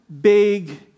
big